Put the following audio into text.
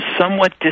somewhat